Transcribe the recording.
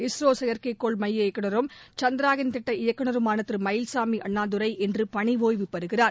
இஸ்ரோ செயற்கைக் கோள் மைய இயக்குநரும் சந்திரயான் திட்ட இயக்குநருமான திரு மயில்சாமி அண்ணாதுரை இன்று பணி ஒய்வு பெறுகிறார்